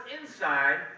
inside